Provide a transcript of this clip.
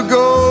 go